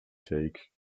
take